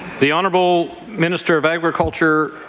the honourable minister of agriculture.